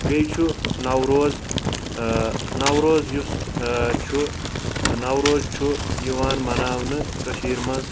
بیٚیہِ چھُ نوروز نوروز یُس چھُ نوروز چھُ یِوان مَناونہٕ کٔشیٖر منٛز